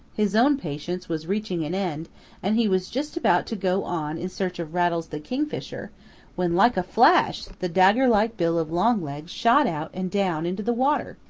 his own patience was reaching an end and he was just about to go on in search of rattles the kingfisher when like a flash the dagger-like bill of longlegs shot out and down into the water.